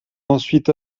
ensuite